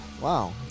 Wow